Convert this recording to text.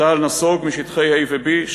צה"ל נסוג משטחי A ו-B.